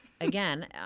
Again